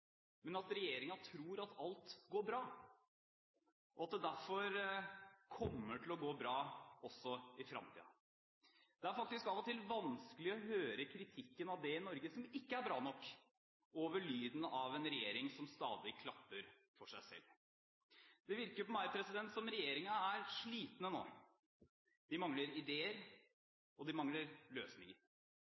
men at regjeringen tror at alt går bra, og at det derfor kommer til å gå bra også i fremtiden. Det er faktisk av og til vanskelig å høre kritikken av det i Norge som ikke er bra nok, over lyden av en regjering som stadig klapper for seg selv. Det virker på meg som at regjeringen er sliten nå. Dens medlemmer mangler ideer og løsninger.